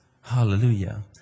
Hallelujah